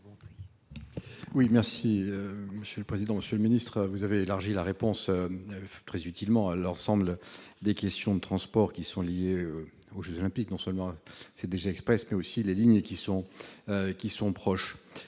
Oui merci monsieur le président, Monsieur le ministre, vous avez élargi la réponse très utilement l'ensemble des questions de transport qui sont liées aux Jeux olympiques, non seulement CDG Express, mais aussi les lignes qui sont,